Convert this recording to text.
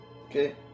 okay